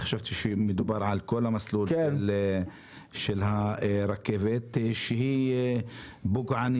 חשבתי שמדובר על כל המסלול של הרכבת שהיא פוגענית